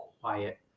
quiet